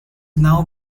now